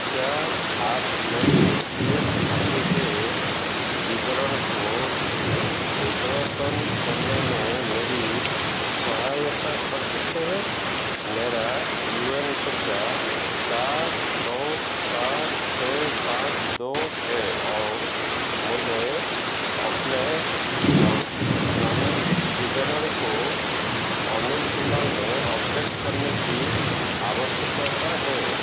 क्या आप मेरी पी एफ खाते के विवरण को उद्यतन करने में मेरी सहायता कर सकते हैं मेरा यू एन संख्या चार नौ चार छः पाँच दो है और मुझे अपने नाम नामांकित विवरण को अनिल कुमार में अपडेट करने की आवश्यकता है